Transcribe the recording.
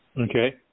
Okay